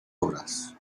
obras